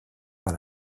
par